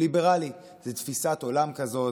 זאת תפיסת עולם כזאת.